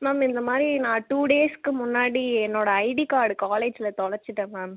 ma'am இந்தமாதிரி நான் two டேஸ்க்கு முன்னாடி என்னோடய ஐடி கார்ட் காலேஜில் தொலைச்சிட்டேன் மேம்